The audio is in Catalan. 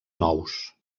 nous